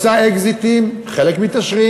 שעושה אקזיטים, וחלק מתעשרים.